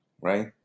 right